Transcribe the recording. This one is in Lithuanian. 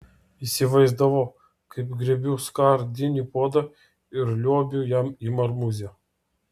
įsivaizdavau kaip griebiu skardinį puodą ir liuobiu jam į marmūzę